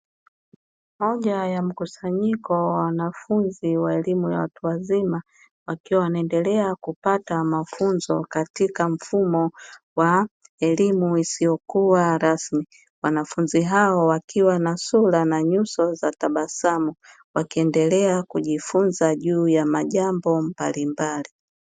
Moja ya mkusanyiko wa wanafunzi wa elimu ya watu wazima, wakiwa wanaendelea kupata mafunzo katika mfumo wa elimu isiyo kuwa rasmi, wanafunzi hawa wakiwa na sura na nyuso za tabasamu, wakiendelea kujifunza juu ya majambo mbalimbali.